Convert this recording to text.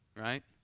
Right